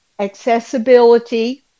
Accessibility